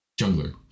jungler